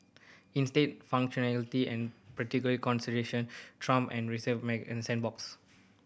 instead functionality and practical consideration trump and received messiness of sandbox